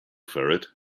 ferret